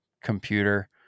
computer